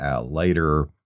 Later